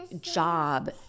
job